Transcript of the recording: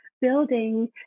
building